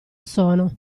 sono